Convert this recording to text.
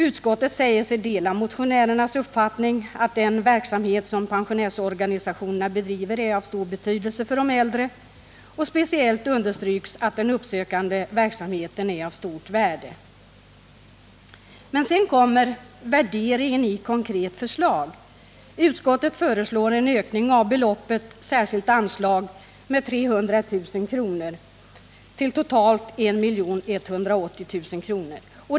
Utskottet säger sig dela motionärernas uppfattning, att en verksamhet som pensionärsorganisationerna bedriver är av stor betydelse för de äldre. Speciellt understryks att den uppsökande verksamheten är av stort värde. Men sedan kommer värderingen i konkret förslag. Utskottet föreslår en ökning av beloppet till extra utgifter med 300 000 kr. till totalt 1 180 000 kr.